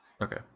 Okay